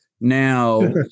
now